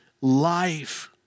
life